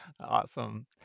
Awesome